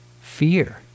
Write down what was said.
fear